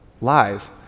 lies